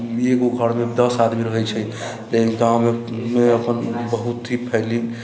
एगो घरमे दश आदमी रहैत छै गाँवमे अपन बहुत ही फैल फैल